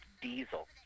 Diesel